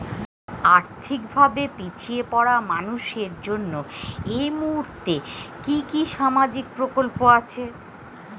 আর্থিক ভাবে পিছিয়ে পড়া মানুষের জন্য এই মুহূর্তে কি কি সামাজিক প্রকল্প আছে?